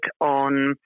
on